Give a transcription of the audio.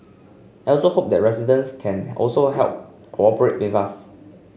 I also hope that residents can also help cooperate with us